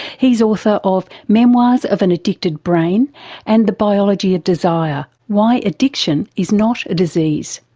he's author of memoirs of an addicted brain and the biology of desire why addiction is not a disease.